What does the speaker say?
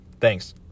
thanks